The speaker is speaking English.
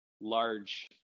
large